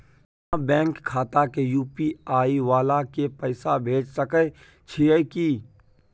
बिना बैंक खाता के यु.पी.आई वाला के पैसा भेज सकै छिए की?